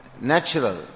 natural